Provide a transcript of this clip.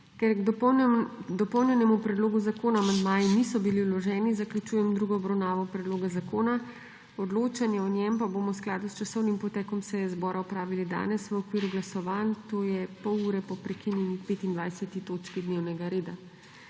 Ker k dopolnjenemu predlogu zakona amandmaji niso bili vloženi, zaključujem drugo obravnavo predloga zakona. Odločanje o njem pa bomo v skladu s časovnim potekom seje zbora opravili danes, v okviru glasovanj, to je pol ure po prekinjeni 25. točki dnevnega reda.